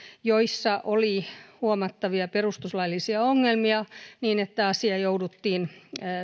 joissa oli huomattavia perustuslaillisia ongelmia niin että jouduttiin